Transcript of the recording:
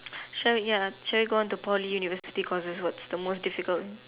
sure ya should we go on to Poly and university courses what's the most difficult